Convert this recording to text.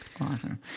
awesome